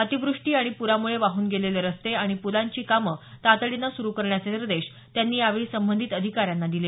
अतिव्रष्टी आणि पुरामुळे वाहून गेलेले रस्ते आणि पुलांची कामं तातडीनं सुरू करण्याचे निर्देश त्यांनी यावेळी संबंधित अधिकाऱ्यांना दिले